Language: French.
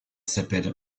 s’appelle